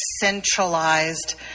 centralized